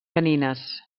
canines